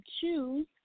choose